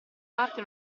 parte